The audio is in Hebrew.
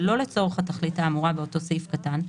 שלא לצורך התכלית האמורה באותו סעיף קטן,